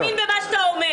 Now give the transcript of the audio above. אתה לא מאמין במה שאתה אומר.